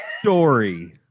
story